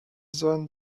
sun